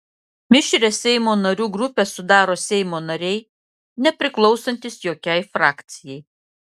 mišrią seimo narių grupę sudaro seimo nariai nepriklausantys jokiai frakcijai